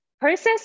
Process